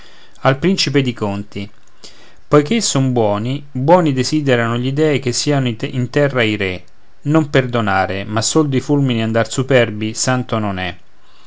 principe di conti poiché son buoni buoni desiderano gli dèi che siano in terra i re non perdonare ma sol di fulmini andar superbi santo non è